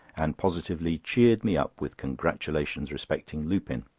and positively cheered me up with congratulations respecting lupin.